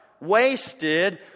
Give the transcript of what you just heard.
wasted